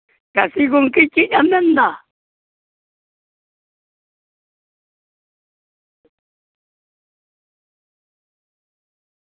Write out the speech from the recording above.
ᱪᱟᱹᱥᱤ ᱜᱚᱝᱠᱮ ᱪᱮᱫ ᱮᱢ ᱢᱮᱱᱫᱟ